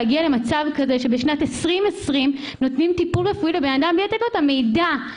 להגיע למצב שבשנת 2020 נותנים טיפול לאדם בלי לתת לו את המידע,